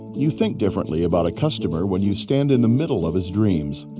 you think differently about a customer when you stand in the middle of his dreams.